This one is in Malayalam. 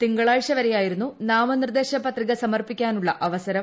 തിങ്കളാഴ്ച വരെയായിരുന്നു നാമനിർദേശ പത്രിക സമർപ്പിക്കാനുള്ള അവസരം